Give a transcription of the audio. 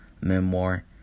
memoir